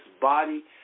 body